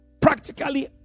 Practically